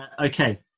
okay